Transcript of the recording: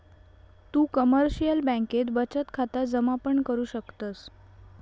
तु कमर्शिअल बँकेत बचत खाता जमा पण करु शकतस